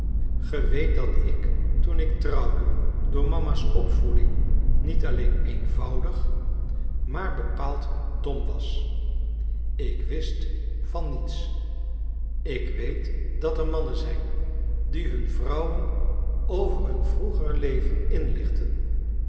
ge weet dat ik toen ik trouwde door mama's opvoeding niet alleen eenvoudig maar bepaald dom was ik wist van niets ik weet dat er mannen zijn die hun vrouwen over hun vroeger leven inlichten